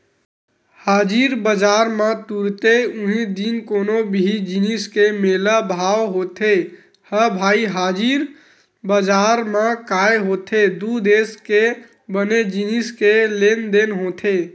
हाजिर बजार म तुरते उहीं दिन कोनो भी जिनिस के मोल भाव होथे ह भई हाजिर बजार म काय होथे दू देस के बने जिनिस के लेन देन होथे